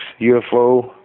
UFO